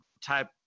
type